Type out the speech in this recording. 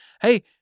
hey